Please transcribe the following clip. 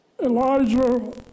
Elijah